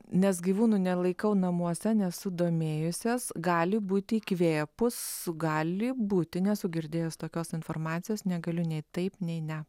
nes gyvūnų nelaikau namuose nesu domėjusias gali būti įkvėpus gali būti nesu girdėjus tokios informacijos negaliu nei taip nei ne